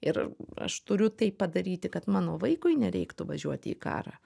ir aš turiu tai padaryti kad mano vaikui nereiktų važiuoti į karą